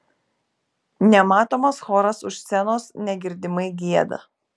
nematomas choras už scenos negirdimai gieda